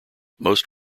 most